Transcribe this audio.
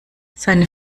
seine